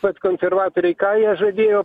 vat konservatoriai ką jie žadėjo